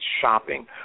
shopping